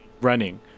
running